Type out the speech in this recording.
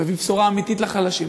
מביא בשורה אמיתית לחלשים.